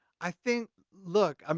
i think, look. um